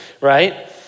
right